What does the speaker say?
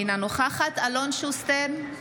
אינה נוכחת אלון שוסטר,